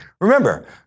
Remember